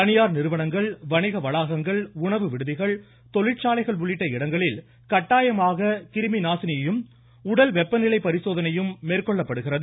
தனியார் நிறுவனங்கள் வணிக வளாகங்கள் உணவு விடுதிகள் தொழிற்சாலைகள் உள்ளிட்ட இடங்களில் கட்டாயமாக கிருமிநாசினியையும் உடல் வெப்பநிலை பரிசோதனையும் மேற்கொள்ளப்படுகிறது